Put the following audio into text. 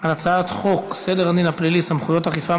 על הצעת חוק סדר הדין הפלילי (סמכות אכיפה,